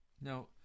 Now